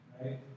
right